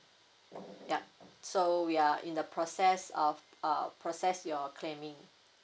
yup so we are in the process of uh process your claiming